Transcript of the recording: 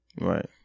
Right